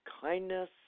kindness